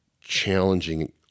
challenging